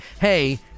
hey